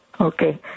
Okay